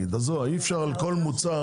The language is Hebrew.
אי אפשר על כל מוצר,